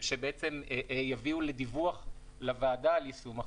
שבעצם יביאו לדיווח לוועדה על יישום החוק.